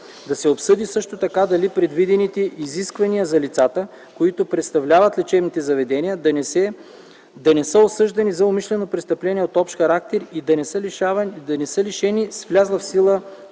Да се обсъди също така дали предвидените изисквания за лицата, които представляват лечебните заведения, да не са осъждани за умишлено престъпление от общ характер и да не са лишени с влязла в сила